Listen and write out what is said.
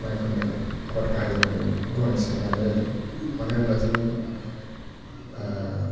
माइखौनो आबाद गाहाय होननानै गनायसोना लानाय जादों मानो होनोब्ला जोंनि